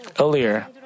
Earlier